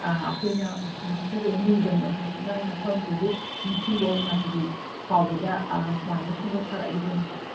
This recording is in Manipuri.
ꯑꯩꯈꯣꯏꯅ ꯃꯁꯤꯗꯩ ꯃ꯭ꯌꯨꯖꯝ ꯑꯣꯟꯊꯣꯛꯇꯨꯅ ꯃꯐꯝꯁꯤꯕꯨ ꯅꯤꯡꯁꯤꯡꯕ ꯑꯣꯏꯅ ꯍꯧꯖꯤꯛ ꯐꯥꯎꯕꯗ ꯁꯨꯃꯥꯏꯅ ꯁꯦꯝꯒꯠ ꯁꯥꯒꯠꯂꯤꯕꯅꯤ